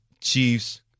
Chiefs